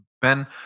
Ben